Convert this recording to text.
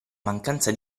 mancanza